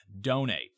donate